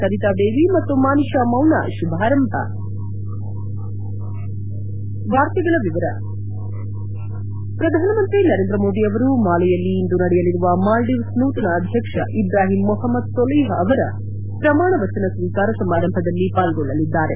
ಸರಿತಾ ದೇವಿ ಮತ್ತು ಮಾನಿಶಾ ಮೌನಾ ಶುಭಾರಂಭ ಪ್ರಧಾನಮಂತ್ರಿ ನರೇಂದ್ರ ಮೋದಿ ಅವರು ಮಾಲೆಯಲ್ಲಿ ಇಂದು ನಡೆಯಲಿರುವ ಮಾಲ್ಡೀವ್ಸ್ ನೂತನ ಅಧ್ಯಕ್ಷ ಇಬ್ರಾಹಿಂ ಮೊಹಮದ್ ಸೊಲಿಹ್ ಅವರ ಪ್ರಮಾಣವಚನ ಸ್ಸೀಕಾರ ಸಮಾರಂಭದಲ್ಲಿ ಪಾಲ್ಗೊಳ್ಳಲಿದ್ದಾರೆ